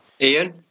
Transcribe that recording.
Ian